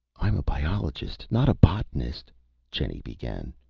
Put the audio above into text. i'm a biologist, not a botanist jenny began.